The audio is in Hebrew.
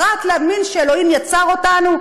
פרט למין שבו אלוהים יצר אותנו,